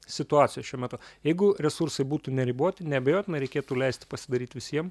situacijos šiuo metu jeigu resursai būtų neriboti neabejotinai reikėtų leisti pasidaryt visiem